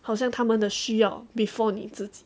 好像他们的需要 before 你自己